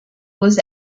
was